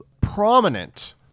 prominent